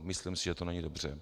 Myslím si, že to není dobře.